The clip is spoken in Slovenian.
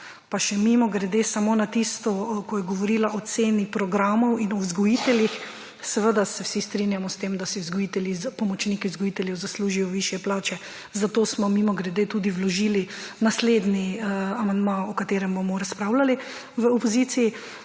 Pa še mimogrede samo na tisto, ko je govorila o ceni programov in vzgojiteljih. Seveda se vsi strinjamo s tem, da si vzgojitelji, pomočniki vzgojiteljev zaslužijo višje plače. Zato smo, mimogrede, tudi vložili naslednji amandma, o katerem bomo razpravljali v opoziciji.